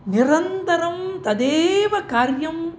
निरन्तरं तदेव कार्यम्